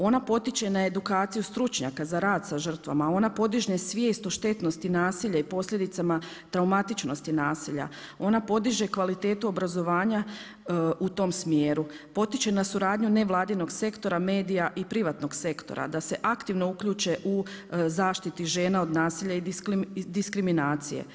Ona potiče na edukaciju stručnjaka za rad sa žrtvama, ona podiže svijest o štetnosti nasilja i posljedicama traumatičnosti nasilja, ona podiže kvalitetu obrazovanja u tom smjeru, potiče na suradnju nevladinog sektora, medija i privatnog sektora da se aktivno uključe u zaštiti žena od nasilja i diskriminacije.